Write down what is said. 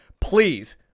please